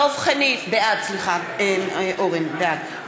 (קוראת בשמות חברי הכנסת) אורן אסף חזן,